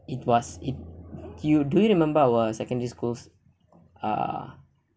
it was it you do you remember our secondary schools uh